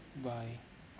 bye